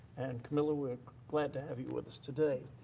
and camila, we're glad to have you with us today.